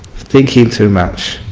thinking too much.